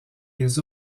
les